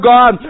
God